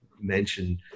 mention